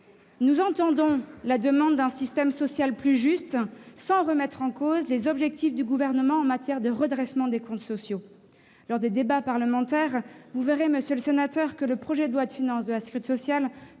Nous entendons la demande d'un système social plus juste sans remettre en cause les objectifs du Gouvernement en matière de redressement des comptes sociaux. Lors des débats parlementaires, monsieur le sénateur, vous verrez que le projet de loi de financement de la sécurité sociale